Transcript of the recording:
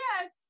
Yes